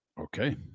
Okay